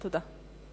תודה.